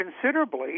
considerably